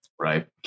right